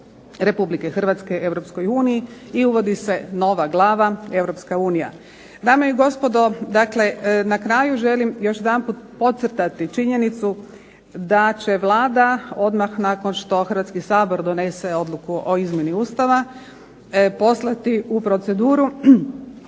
Republike Hrvatske EU i uvodi se nova glava, EU. Dame i gospodo, dakle na kraju želim još jedanput podcrtati činjenicu da će Vlada odmah nakon što Hrvatski sabor donese odluku o izmjeni Ustava poslati u proceduru